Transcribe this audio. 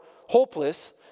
hopeless